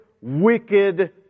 wicked